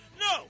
No